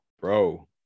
bro